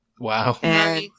Wow